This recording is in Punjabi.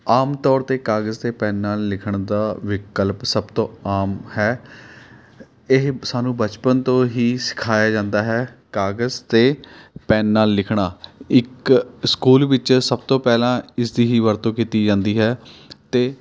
ਆਮ ਤੌਰ 'ਤੇ ਕਾਗਜ਼ 'ਤੇ ਪੈੱਨ ਨਾਲ਼ ਲਿਖਣ ਦਾ ਵਿਕਲਪ ਸਭ ਤੋਂ ਆਮ ਹੈ ਇਹ ਸਾਨੂੰ ਬਚਪਨ ਤੋਂ ਹੀ ਸਿਖਾਇਆ ਜਾਂਦਾ ਹੈ ਕਾਗਜ਼ 'ਤੇ ਪੈੱਨ ਨਾਲ਼ ਲਿਖਣਾ ਇੱਕ ਸਕੂਲ ਵਿੱਚ ਸਭ ਤੋਂ ਪਹਿਲਾਂ ਇਸ ਦੀ ਹੀ ਵਰਤੋਂ ਕੀਤੀ ਜਾਂਦੀ ਹੈ ਅਤੇ